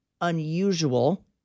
unusual